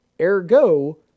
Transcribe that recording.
Ergo